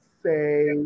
say